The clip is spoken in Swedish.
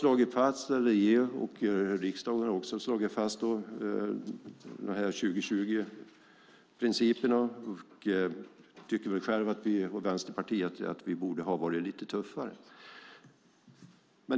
Regeringen och riksdagen har slagit fast 2020-principerna. Jag och Vänsterpartiet tycker att man borde ha varit lite tuffare.